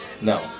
No